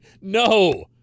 No